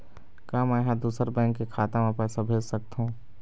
का मैं ह दूसर बैंक के खाता म पैसा भेज सकथों?